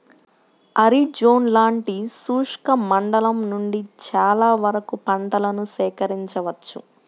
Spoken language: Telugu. ఆరిడ్ జోన్ లాంటి శుష్క మండలం నుండి చాలా వరకు పంటలను సేకరించవచ్చు